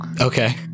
Okay